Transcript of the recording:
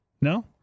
No